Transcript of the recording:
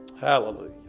Hallelujah